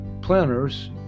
planners